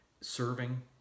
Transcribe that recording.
serving